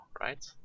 right